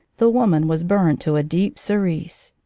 the woman was burned to a deep cerise.